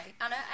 Anna